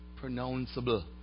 pronounceable